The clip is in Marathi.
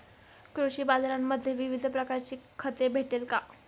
कृषी बाजारांमध्ये विविध प्रकारची खते भेटेल का?